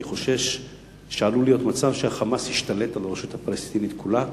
אני חושש שעלול להיות מצב שה"חמאס" ישתלט על הרשות הפלסטינית כולה,